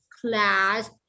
class